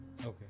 Okay